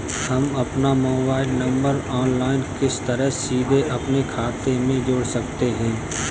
हम अपना mobile number online किस तरह सीधे अपने खाते में जोड़ सकते हैं?